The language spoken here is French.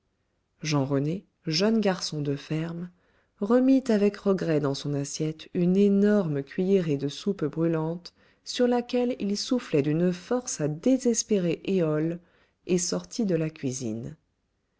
jean rené jeune garçon de ferme remit avec regret dans son assiette une énorme cuillerée de soupe brûlante sur laquelle il soufflait d'une force à désespérer éole et sortit de la cuisine